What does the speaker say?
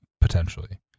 potentially